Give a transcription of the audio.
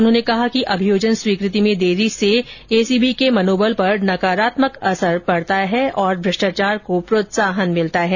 उन्होंने कहा कि अभियोजन स्वीकृति में देरी से भ्रष्टाचार निरोधक ब्यूरो के मनोबल पर नकारात्मक असर पड़ता है और भ्रष्टाचार को प्रोत्साहन मिलता है